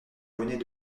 bonnet